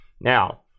Now